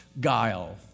guile